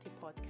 podcast